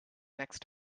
next